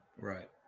Right